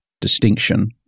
distinction